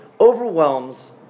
overwhelms